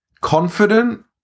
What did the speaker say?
Confident